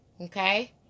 Okay